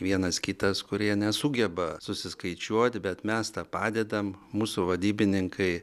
vienas kitas kurie nesugeba susiskaičiuot bet mes tą padedam mūsų vadybininkai